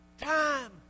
time